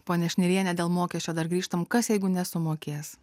ponia šniriene dėl mokesčio dar grįžtam kas jeigu nesumokės